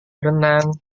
berenang